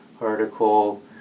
article